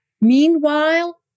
meanwhile